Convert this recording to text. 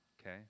okay